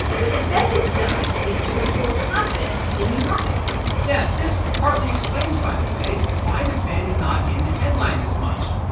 what the fed has done is to restore confidence in these markets yeah. this partly explains, by the way, why the fed is not in the headlines as much.